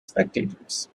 spectators